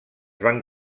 van